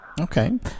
Okay